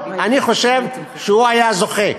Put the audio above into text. אני חושב שהוא היה זוכה.